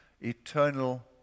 eternal